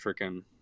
freaking